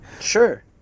Sure